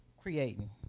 creating